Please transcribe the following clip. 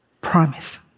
promise